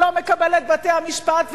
שלא מקבל את בתי-המשפט,